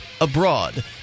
abroad